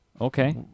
Okay